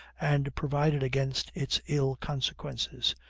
and provided against its ill consequences.